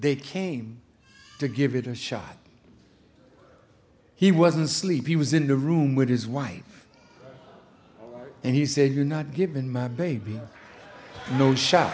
they came to give it a shot he wasn't sleepy was in the room with his wife and he said you're not given my baby no shot